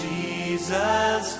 Jesus